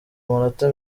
amanota